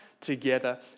together